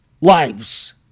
lives